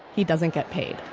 he doesn't get paid